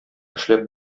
эшләп